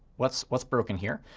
what's what's broken here?